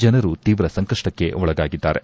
ಜನರು ತೀವ್ರ ಸಂಕಷ್ಟಕ್ಕೆ ಒಳಗಾಗಿದ್ದಾರೆ